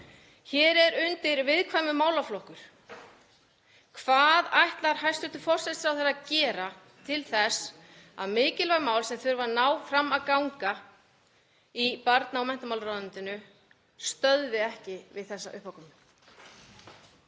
Hér er undir viðkvæmur málaflokkur. Hvað ætlar hæstv. forsætisráðherra að gera til þess að mikilvæg mál sem þurfa að ná fram að ganga í barna- og menntamálaráðuneytinu stöðvist ekki við þessa uppákomu?